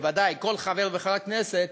בוודאי כל חבר וחברת כנסת,